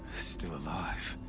still alive?